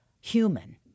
human